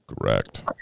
Correct